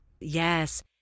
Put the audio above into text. Yes